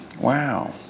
Wow